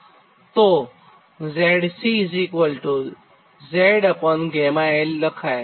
તોZC Zγl લખાય